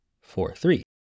four-three